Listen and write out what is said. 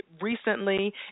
recently